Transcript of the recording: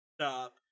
stop